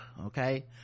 okay